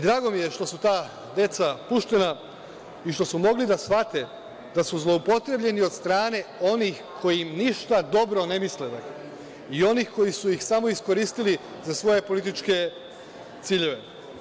Drago mi je što su ta deca puštena i što su mogli da shvate da su zloupotrebljeni od strane onih koji im ništa dobro ne misle i onih kojih su ih samo iskoristili za svoje političke ciljeve.